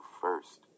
first